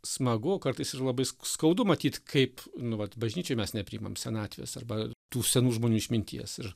smagu kartais ir labai skaudu matyt kaip nu vat bažnyčioj mes nepriimam senatvės arba tų senų žmonių išminties ir